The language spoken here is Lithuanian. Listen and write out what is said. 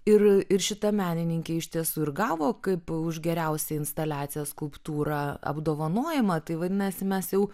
ir ir šita menininkė iš tiesų ir gavo kaip už geriausią instaliaciją skulptūrą apdovanojimą tai vadinasi mes jau